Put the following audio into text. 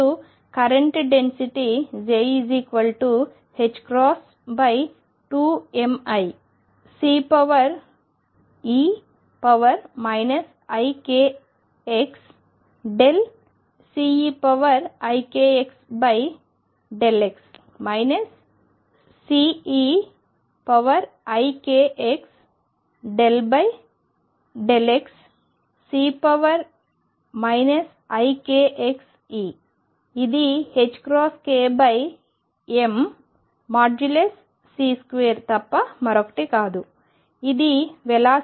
మరియు current density j2miCe ikx∂Ceikx∂x Ceikx∂xCe ikx ఇది ℏkmC2 తప్ప మరొకటి కాదు ఇది వెలాసిటీ pm ρ